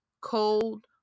cold